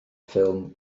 ffilm